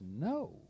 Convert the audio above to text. no